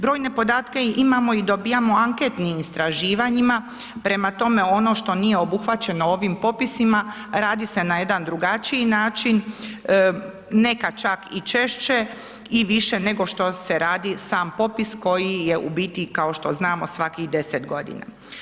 Brojne podatke i imamo i dobijamo anketnim istraživanjima, prema tome ono što nije obuhvaćeno ovim popisima radi se n jedan drugačiji način nekad čak i češće i više nego se radi sam popis koji je u biti kao što znamo svakih 10 godina.